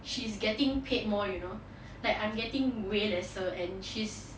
she's getting paid more you know like I'm getting way lesser and she's